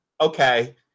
okay